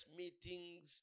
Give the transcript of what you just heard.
meetings